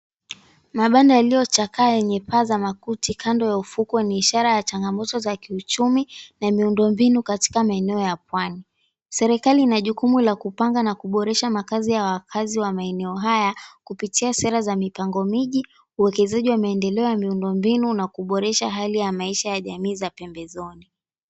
Mabanda yaliyochakaa yenye paa za makuti kando ya ufukwe ni ishara ya changamoto za kiuchumi na miundombinu katika maeneo ya pwani. Serikali ina jukumu la kupanga na kuboresha makazi ya wakazi wa maeneo haya kupitia sera za mipango miji uwekezaji wa maendeleo ya miundombinu na kuboresha hali ya maisha ya jamii za pembezoni.